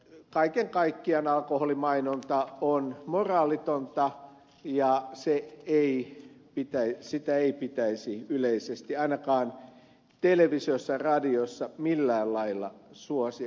kaiken kaikkiaan alkoholimainonta on moraalitonta ja sitä ei pitäisi yleisesti ainakaan televisiossa radiossa millään lailla suosia